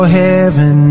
heaven